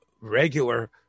regular